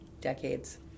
Decades